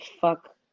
fuck